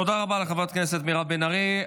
תודה רבה לחברת הכנסת מירב בן ארי.